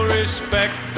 respect